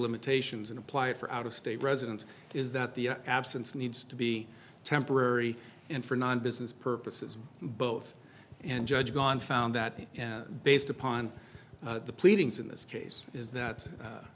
limitations and apply for out of state residents is that the absence needs to be temporary and for non business purposes both and judge gone found that based upon the pleadings in this case is that